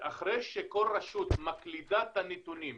אחרי שכל רשות מקלידה את הנתונים,